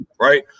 Right